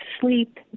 sleep